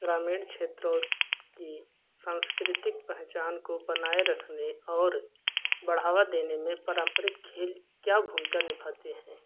ग्रामीण क्षेत्रो और की सांकृतिक पहचान को बनाए रखने और बढ़ावा देने में पारम्परिक खेल क्या भूमिका निभाते हैं